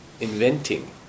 inventing